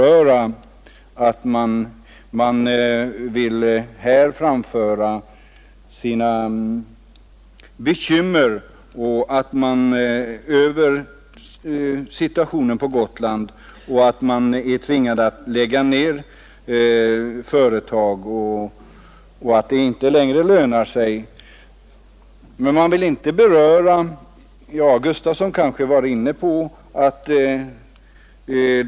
Det har framförts bekymmer över situationen på Gotland och att företag tvingas lägga ned driften därför att de inte längre lönar sig. Men ingen av de borgerliga vill beröra vad som är orsaken till denna utveckling.